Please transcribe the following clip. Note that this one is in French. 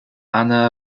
anna